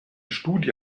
studie